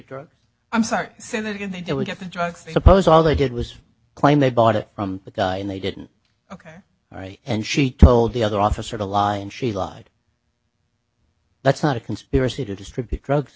drugs i'm sorry say that again they do we get the drugs they suppose all they did was claim they bought it from the guy and they didn't ok all right and she told the other officer to lie and she lied that's not a conspiracy to distribute drugs